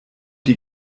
die